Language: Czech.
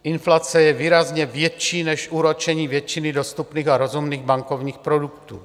Inflace je výrazně větší než úročení většiny dostupných a rozumných bankovních produktů.